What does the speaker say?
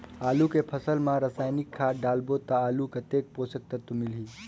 आलू के फसल मा रसायनिक खाद डालबो ता आलू कतेक पोषक तत्व मिलही?